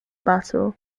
battle